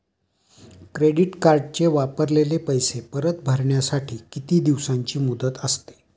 Credit कार्डचे वापरलेले पैसे परत भरण्यासाठी किती दिवसांची मुदत असते?